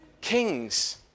kings